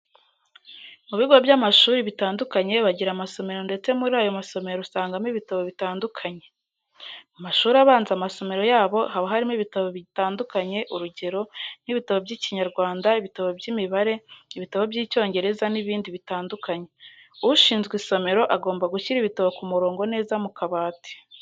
Mu bigo by'amashuri bitandukanye bagira amasomero ndetse muri ayo masomero usangamo ibitabo bitandukanye. Mu mashuri abanza amasomero yabo haba harimo ibitabo bitandukanye urugero nk'ibitabo by'Ikinyarwanda, ibitabo by'imibare, ibitabo by'Icyongereza n'ibindi bitandukanye. Ushinzwe isomero agomba gushyira ibitabo ku murongo neza mu kabati.